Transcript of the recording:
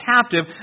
captive